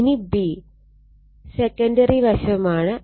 ഇനി സെക്കണ്ടറി വശമാണ്